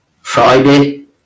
Friday